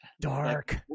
Dark